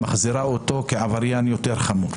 מחזירה אותו כעבריין יותר חמור,